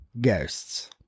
ghosts